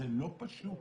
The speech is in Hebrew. זה לא פשוט.